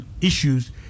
issues